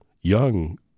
young